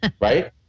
Right